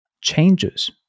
changes